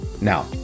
Now